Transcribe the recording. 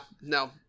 No